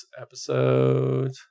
episode